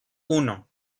uno